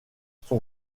son